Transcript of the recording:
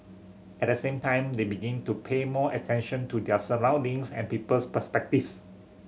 at the same time they begin to pay more attention to their surroundings and people's perspectives